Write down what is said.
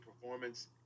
performance